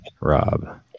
Rob